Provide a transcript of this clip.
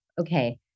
okay